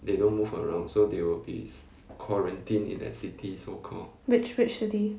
which which city